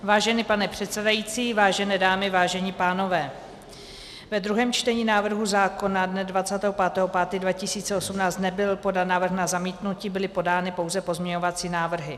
Vážený pane předsedající, vážné dámy, vážení pánové, ve druhém čtení návrhu zákona dne 25. 5. 2018 nebyl podán návrh na zamítnutí, byly podány pouze pozměňovací návrhy.